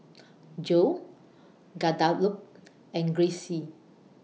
Jo Guadalupe and Grayce